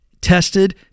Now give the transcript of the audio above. tested